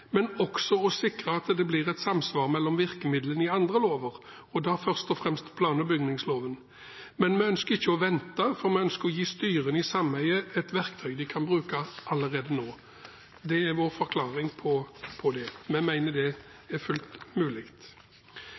andre lover, og da først og fremst plan- og bygningsloven. Men vi ønsker ikke å vente, for vi ønsker å gi styrene i sameiene et verktøy de kan bruke allerede nå. Det er vår forklaring på det. Vi mener det er fullt mulig.